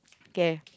okay